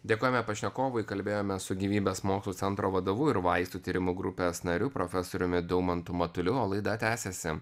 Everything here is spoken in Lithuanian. dėkojame pašnekovui kalbėjome su gyvybės mokslų centro vadovu ir vaistų tyrimų grupės nariu profesoriumi daumantu matuliu o laida tęsiasi